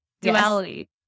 Duality